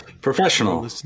professional